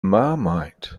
marmite